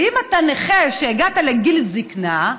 ואם אתה נכה והגעת לגיל זקנה,